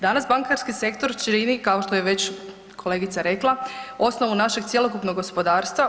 Danas bankarski sektor čini kao što je već kolegica rekla, osnovu našeg cjelokupnog gospodarstva.